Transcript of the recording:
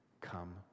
come